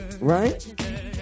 Right